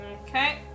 Okay